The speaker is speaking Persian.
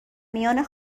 میان